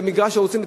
במגרש-הרוסים,